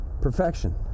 perfection